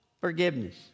forgiveness